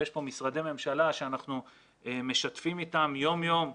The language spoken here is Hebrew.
ויש פה משרדי ממשלה שאנחנו משתפים איתם יום-יום,